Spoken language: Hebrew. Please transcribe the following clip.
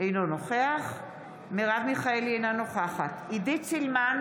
אינו נוכח מרב מיכאלי, אינה נוכחת עידית סילמן,